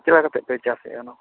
ᱪᱮᱫ ᱞᱮᱠᱟ ᱠᱟᱛᱮ ᱯᱮ ᱪᱟᱥ ᱮᱫᱟ ᱚᱱᱟᱠᱚ